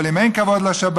אבל אם אין כבוד לשבת,